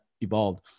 evolved